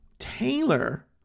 Taylor